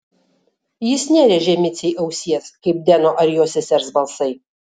jis nerėžė micei ausies kaip deno ar jo sesers balsai